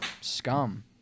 scum